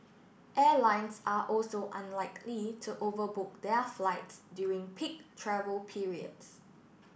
airlines are also unlikely to overbook their flights during peak travel periods